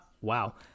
Wow